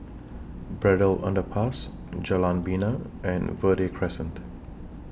Braddell Underpass Jalan Bena and Verde Crescent